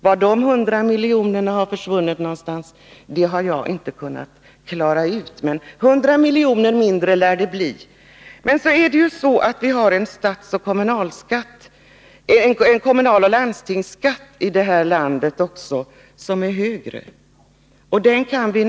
Var de 100 miljonerna har försvunnit har jag inte kunnat klara ut, men 100 miljoner mindre i besparing lär det bli. Vidare har vi en kommunaloch landstingsskatt i det här landet som är högre än statsskatten.